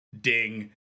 ding